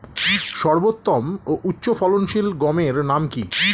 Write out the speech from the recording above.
সর্বোত্তম ও উচ্চ ফলনশীল গমের নাম কি?